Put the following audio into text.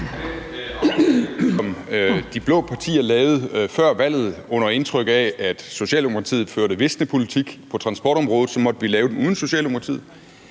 de blå partier lavede før valget, under indtryk af at Socialdemokratiet førte visnepolitik på transportområdet, måtte vi lave det uden Socialdemokratiet,